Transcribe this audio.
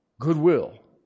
Goodwill